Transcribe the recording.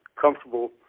comfortable